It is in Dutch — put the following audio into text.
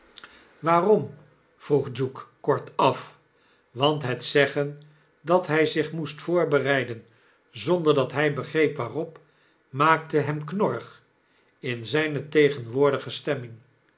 waarom vroeg duke kortaf want het zeggen dat hij zich moest voorbereiden zonder dat hij begreep waarop maakte hem knorrig in zijne tegenwoordige stemming